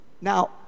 Now